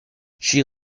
she